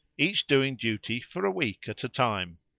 each doing duty for a week at a time.